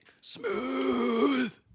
Smooth